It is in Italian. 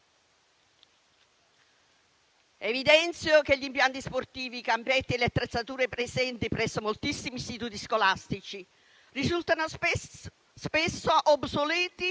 Evidenzio che gli impianti sportivi, i campetti e le attrezzature presenti presso moltissimi istituti scolastici risultano spesso obsoleti